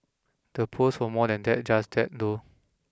the post were more than that just that though